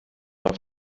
auf